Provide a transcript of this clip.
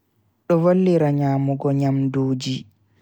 Do vallira nyamugo nyamduji.